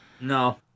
No